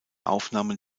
aufnahmen